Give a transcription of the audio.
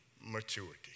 maturity